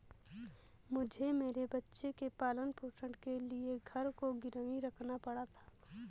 मुझे मेरे बच्चे के पालन पोषण के लिए घर को गिरवी रखना पड़ा था